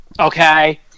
okay